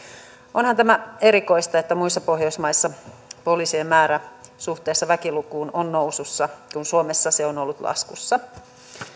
onhan tämä erikoista että muissa pohjoismaissa poliisien määrä suhteessa väkilukuun on nousussa kun suomessa se on ollut laskussa